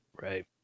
right